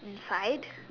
inside